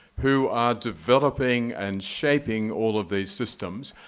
who are developing and shaping all of these systems.